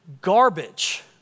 garbage